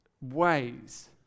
ways